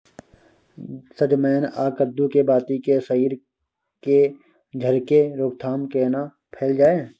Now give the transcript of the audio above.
सजमैन आ कद्दू के बाती के सईर के झरि के रोकथाम केना कैल जाय?